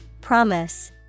Promise